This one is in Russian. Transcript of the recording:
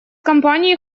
компании